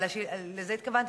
לזה התכוונתי,